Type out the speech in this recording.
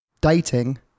dating